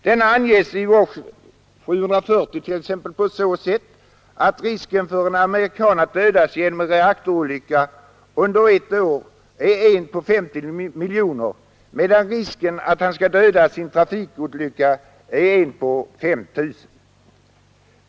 Denna anges i WASH 740 t.ex. på så sätt att risken för en amerikan att dödas genom en reaktorolycka under ett år är en på 50 miljoner, medan risken att han skall dödas i en trafikolycka är en på 5 000.